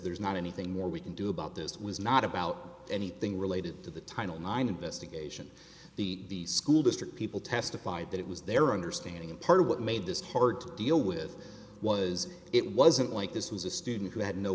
there's not anything more we can do about this was not about anything related to the title nine investigation the school district people testified that it was their understanding and part of what made this hard to deal with was it wasn't like this was a student who had no